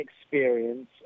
experience